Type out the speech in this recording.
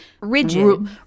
rigid